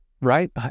Right